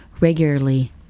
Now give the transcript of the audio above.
regularly